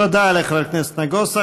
תודה לחבר הכנסת נגוסה.